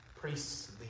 priests